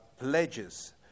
pledges